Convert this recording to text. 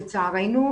לצערנו,